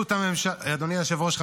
אדוני היושב-ראש,